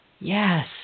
Yes